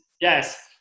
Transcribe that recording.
yes